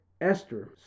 Esther